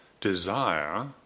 desire